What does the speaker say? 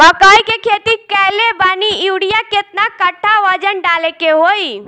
मकई के खेती कैले बनी यूरिया केतना कट्ठावजन डाले के होई?